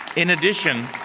in addition,